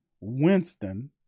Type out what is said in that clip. Winston